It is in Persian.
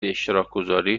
اشتراکگذاری